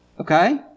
okay